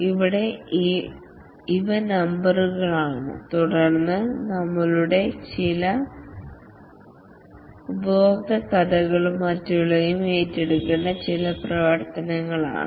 ഇവിടെ ഇവ ഇന നമ്പറുകളാണ് തുടർന്ന് നമ്മളുടെ ചില ഉപയോക്തൃ കഥകളും മറ്റുള്ളവയും ഏറ്റെടുക്കേണ്ട ചില പ്രവർത്തനങ്ങളാണ്